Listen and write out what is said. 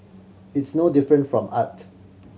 it's no different from art